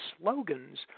slogans